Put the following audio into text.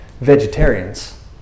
vegetarians